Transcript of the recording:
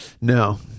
no